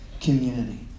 community